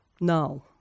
No